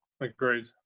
Agreed